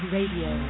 Radio